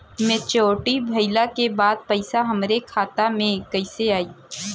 Maturity भईला के बाद पईसा हमरे खाता में कइसे आई?